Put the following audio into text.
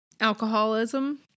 Alcoholism